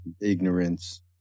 ignorance